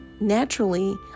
naturally